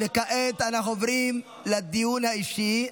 כעת אנחנו עוברים לדיון האישי.